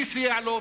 מי סייע לו?